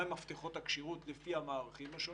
מהם מפתחות הכשירות לפי המערכים השונים.